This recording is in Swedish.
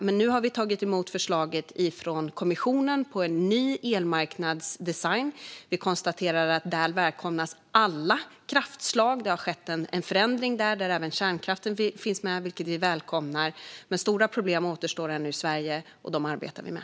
Vi har nu tagit emot förslaget från kommissionen om en ny elmarknadsdesign. Vi konstaterar att alla kraftslag välkomnas och att det har skett en förändring genom att även kärnkraften finns med, vilket vi välkomnar. Men stora problem återstår i Sverige, och dessa arbetar vi med.